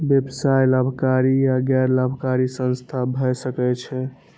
व्यवसाय लाभकारी आ गैर लाभकारी संस्था भए सकै छै